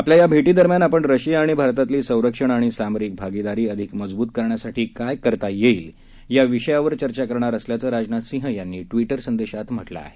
आपल्या या भेटीदरम्यान आपण रशिया आणि भारतातली संरक्षण आणि सामारिक भागिदारी अधिक मजवूत करण्यासाठी काय करता येईल याविषयीदेखील चर्चा करणार असल्याचं राजनाथ सिंह यांनी ट्विटर संदेशात म्हटलं आहे